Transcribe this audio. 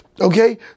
okay